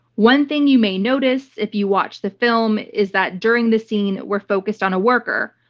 one thing you may notice if you watch the film is that, during the scene, we're focused on a worker.